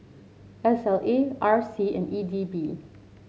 S L A R C and E D B